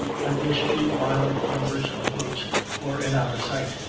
and this too while numbers of boats were in our sight,